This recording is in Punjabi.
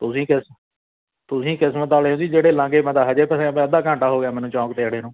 ਤੁਸੀਂ ਕਿਸ ਤੁਸੀਂ ਕਿਸਮਤ ਵਾਲੇ ਹੋ ਜੀ ਜਿਹੜੇ ਲੰਘ ਗਏ ਮੈਂ ਤਾਂ ਹਜੇ ਫਸਿਆ ਪਿਆ ਅੱਧਾ ਘੰਟਾ ਹੋ ਗਿਆ ਮੈਨੂੰ ਚੌਂਕ 'ਤੇ ਅੜੇ ਨੂੰ